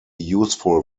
useful